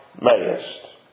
mayest